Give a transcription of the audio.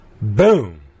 Boom